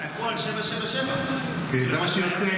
אתה תקוע על 777. כי זה מה שיוצא,